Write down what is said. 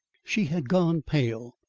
she had gone pale,